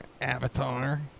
avatar